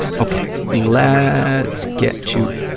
okay, let's get to,